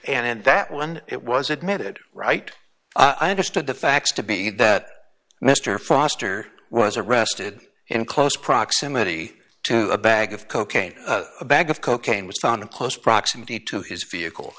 and that when it was admitted right i understood the facts to be that mr foster was arrested in close proximity to a bag of cocaine a bag of cocaine was found in close proximity to his vehicle